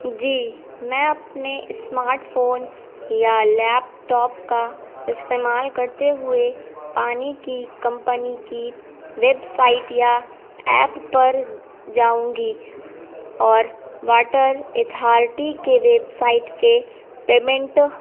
جی میں اپنے smart phone یا لیپ ٹاپ کا استعمال کرتے ہوئے پانی کی کمپنی کی ویب سائٹ یا ایپ پر جاؤں گی اور واٹر اتھارٹی کے ویب سائٹ کے پیمنٹ